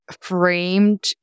framed